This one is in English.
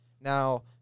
Now